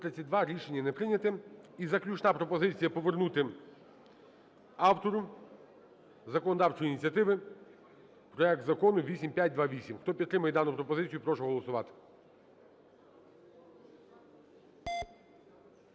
Рішення не прийнято. І заключна пропозиція: повернути автору законодавчої ініціативи проект Закону 8528. Хто підтримує дану пропозицію, прошу голосувати.